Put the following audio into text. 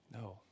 No